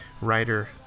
writer